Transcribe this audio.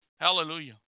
Hallelujah